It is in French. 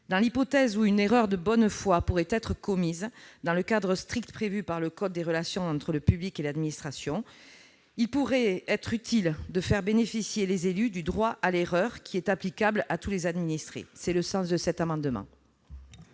Dans l'hypothèse où une erreur de bonne foi pourrait être commise, dans le cadre strict prévu par le code des relations entre le public et l'administration, il pourrait être utile de faire bénéficier les élus du droit à l'erreur applicable à tous les administrés. La parole est à M.